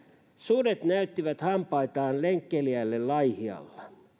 sudet näyttivät hampaitaan lenkkeilijälle laihialla